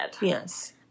Yes